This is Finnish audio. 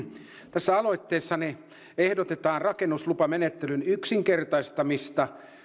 tässä aloitteessani ehdotetaan rakennuslupamenettelyn yksinkertaistamista